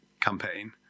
campaign